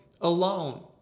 alone